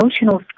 emotional